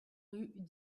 rue